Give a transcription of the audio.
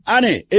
Annie